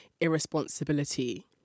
irresponsibility